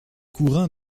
courant